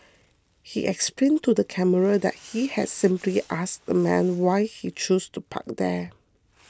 he explained to the camera that he had simply asked the man why he chose to park there